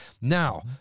Now